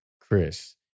Chris